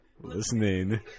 Listening